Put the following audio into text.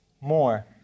more